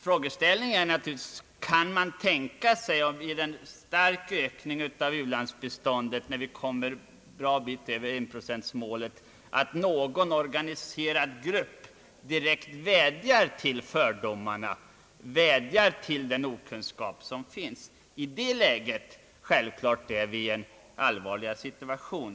Frågeställningen är naturligtvis: Kan man tänka sig, vid en stark ökning av u-landsbiståndet, när vi kommer en bra bit över enprocentsmålet, att någon organiserad grupp direkt vädjar till fördomarna, vädjar till den brist på kunskap som finns? Då är vi självklart i en allvarlig situation.